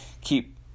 keep